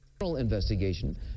...investigation